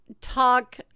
talk